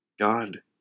god